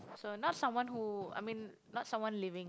so not someone who I mean not someone living